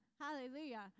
Hallelujah